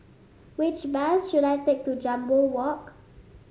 which bus should I take to Jambol Walk